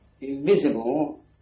invisible